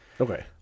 okay